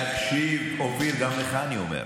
תקשיב, אופיר, גם לך אני אומר: